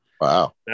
Wow